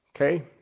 okay